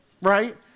right